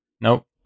Nope